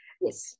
Yes